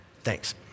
thanks